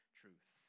truth